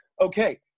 okay